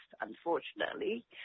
unfortunately